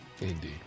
Indeed